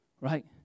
Right